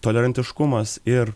tolerantiškumas ir